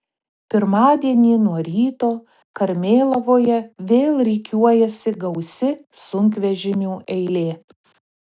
pirmadienį nuo ryto karmėlavoje vėl rikiuojasi gausi sunkvežimių eilė